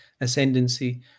ascendancy